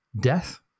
death